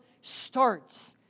starts